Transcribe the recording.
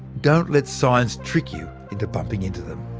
don't let science trick you into bumping into them.